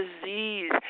disease